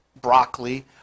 broccoli